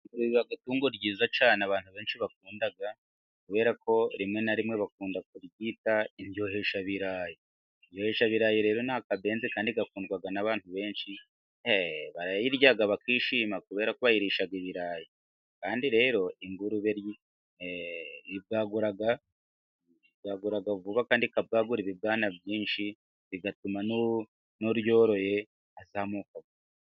Itungo ryiza cyane abantu benshi bakunda, kubera ko rimwe na rimwe bakunda kuryita indyoheshabirayi. Indyoheshabirayi rero ni akabenzi kandi gakundwa n'bantu benshi, Eeee! Barayirya bakishima kubera ko bayirisha ibirayi. Kandi rero ingurube ibwagura vuba kandi ikabwagura ibibwana byinshi, bigatuma n'uryoroye azamuka.